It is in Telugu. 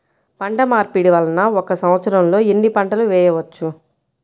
పంటమార్పిడి వలన ఒక్క సంవత్సరంలో ఎన్ని పంటలు వేయవచ్చు?